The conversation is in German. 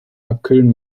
abkühlen